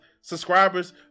subscribers